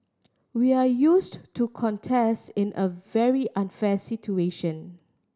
we are used to contest in a very unfair situation